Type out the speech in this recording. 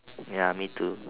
ya me too